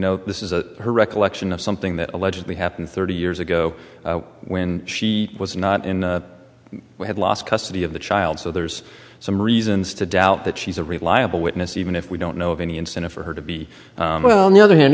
know this is a her recollection of something that allegedly happened thirty years ago when she was not in we had lost custody of the child so there's some reasons to doubt that she's a reliable witness even if we don't know of any incentive for her to be on the other hand